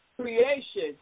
creation